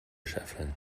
scheffeln